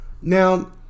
now